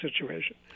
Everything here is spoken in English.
situation